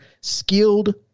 skilled